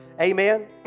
Amen